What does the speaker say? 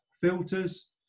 filters